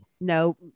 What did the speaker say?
No